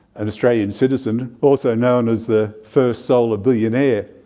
an australian citizen also known as the first solar billionaire.